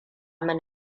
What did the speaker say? min